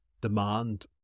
demand